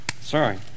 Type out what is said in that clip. Sorry